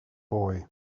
boy